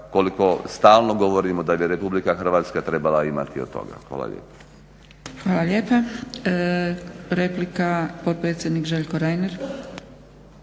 koliko stalno govorimo da bi RH trebala imati od toga. Hvala lijepo.